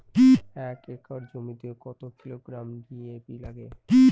এক একর জমিতে কত কিলোগ্রাম ডি.এ.পি লাগে?